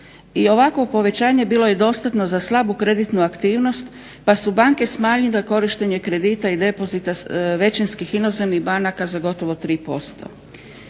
ovakvo povećanje bilo je dostatno za slabu kreditnu aktivnost pa su banke smanjile korištenje kredita i depozita većinskih inozemnih banaka za gotovo 3%.